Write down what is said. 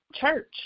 church